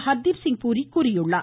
Hardeep Singh Puri தெரிவித்தாார்